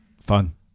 Fun